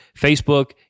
Facebook